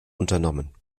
unternommen